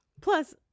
Plus